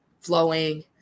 flowing